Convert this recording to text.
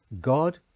God